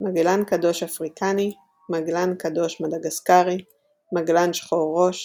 מגלן קדוש אפריקני מגלן קדוש מדגסקרי מגלן שחור-ראש